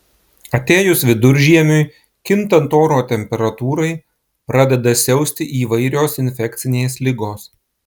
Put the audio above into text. atėjus viduržiemiui kintant oro temperatūrai pradeda siausti įvairios infekcinės ligos